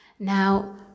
Now